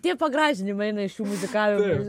tie pagražinimai eina iš jų muzikavimo ir